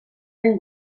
den